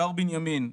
שער בנימין.